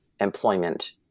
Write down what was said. employment